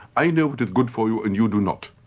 i know what is good for you, and you do not.